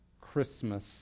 Christmas